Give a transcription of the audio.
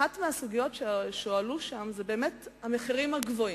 אחת הסוגיות שהועלו שם היא באמת המחירים הגבוהים.